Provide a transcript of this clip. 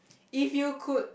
if you could